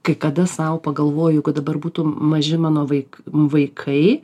kai kada sau pagalvoju kad dabar būtų maži mano vaik vaikai